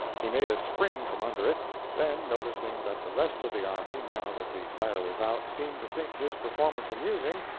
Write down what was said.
he made a spring from under it then, noticing that the rest of the army, now that the fire was out, seemed to think his performance amusing,